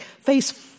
face